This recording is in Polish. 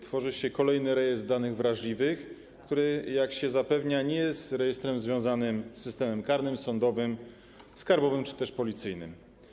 Tworzy się kolejny rejestr danych wrażliwych, który, jak się zapewnia, nie jest rejestrem związanym z systemem karnym, sądowym, skarbowym czy też policyjnym.